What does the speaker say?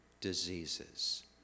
Diseases